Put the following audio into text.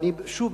ושוב,